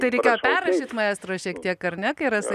tai reikėjo perrašyt maestro šiek tiek ar ne kai rasa